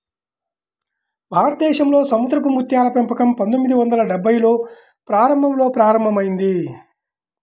భారతదేశంలో సముద్రపు ముత్యాల పెంపకం పందొమ్మిది వందల డెభ్భైల్లో ప్రారంభంలో ప్రారంభమైంది